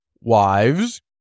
Wives